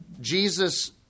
Jesus